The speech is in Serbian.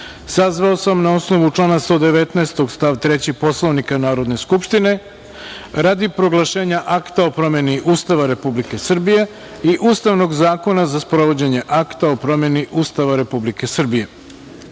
sazvao sam na osnovu člana 119. stav 3. Poslovnika Narodne skupštine radi proglašenja Akta o promeni Ustava Republike Srbije i Ustavnog zakona za sprovođenje Akta o promeni Ustava Republike